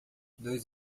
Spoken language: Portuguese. dois